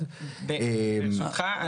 ברשותך,